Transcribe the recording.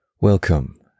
Welcome